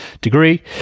degree